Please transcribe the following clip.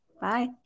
Bye